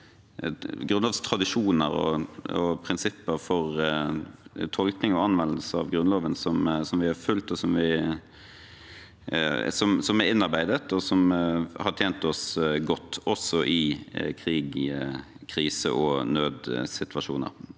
grunnlovstradisjoner og prinsipper for tolkning og anvendelse av Grunnloven som vi har fulgt, som er innarbeidet, og som har tjent oss godt, også i krig, krise og nødssituasjoner.